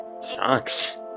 Sucks